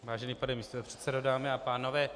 Vážený pane místopředsedo, dámy a pánové...